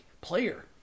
player